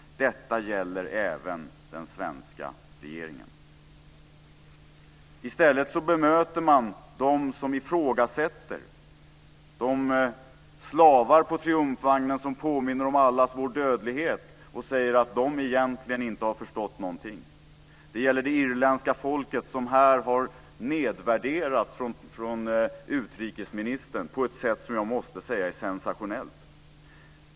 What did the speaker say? Detta gäller den svenska regeringen. I stället bemöter man dem som ifrågasätter, de slavar på triumfvagnar som påminner om allas vår dödlighet, med att säga att de egentligen inte har förstått någonting. Det gäller det irländska folket, som här har nedvärderats från utrikesministern på ett sätt som jag måste säga är sensationellt.